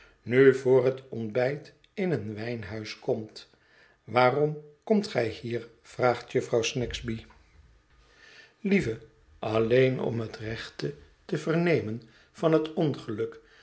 nu vr het ontbijt in een wijnhuis komt waarom komt gij hier vraagt jufvrouw snagsby lieve alleen om het rechte te vernemen van het ongeluk